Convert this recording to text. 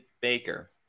Baker